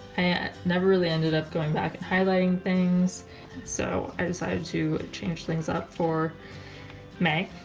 i never really ended up going back and highlighting things so i decided to change things up for may.